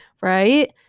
right